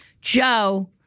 Joe